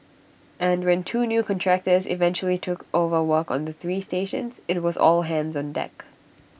and when two new contractors eventually took over work on the three stations IT was all hands on deck